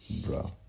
bro